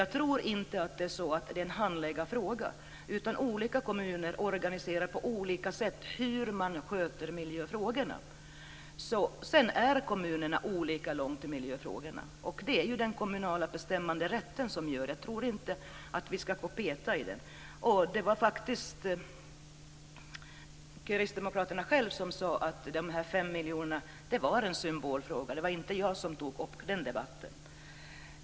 Jag tror inte att detta är en handläggarfråga. Olika kommuner organiserar på olika sätt hur de sköter miljöfrågorna. Sedan har man kommit olika långt med dessa frågor. Vi har ju den kommunala självbestämmande rätten, och jag tycker inte att vi ska börja peta i den. Det var kristdemokraterna själva som sade att de 5 miljonerna var en symbolfråga. Det var inte jag som tog upp den debatten.